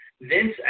Vince